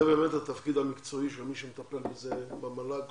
זה באמת התפקיד המקצועי של מי שמטפל בזה במל"ג.